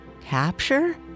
Capture